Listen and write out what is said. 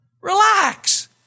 Relax